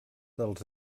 dels